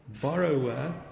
borrower